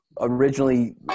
originally